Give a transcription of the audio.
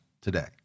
today